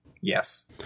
Yes